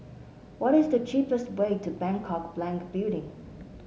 what is the cheapest way to Bangkok Bank Building